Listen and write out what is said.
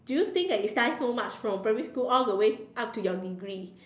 do you think that you study so much from primary school all the way up to your degree